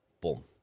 Boom